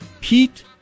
Pete